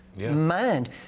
mind